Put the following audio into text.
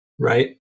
Right